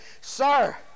Sir